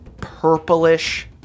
purplish